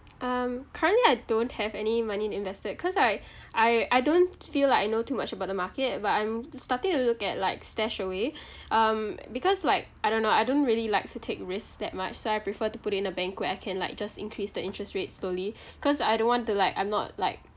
um currently I don't have any money invested cause like I I don't feel like I know too much about the market but I'm starting to look at like stashaway um because like I don't know I don't really like to take risks that much so I prefer to put in a bank where I can like just increase the interest rates slowly cause I don't want to like I'm not like